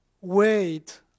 wait